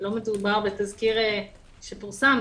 שלא מדובר בתזכיר שפורסם,